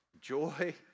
joy